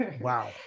Wow